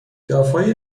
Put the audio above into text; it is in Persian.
دافای